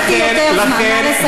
לכן, נתתי יותר זמן.